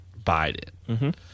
Biden